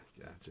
gotcha